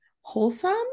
wholesome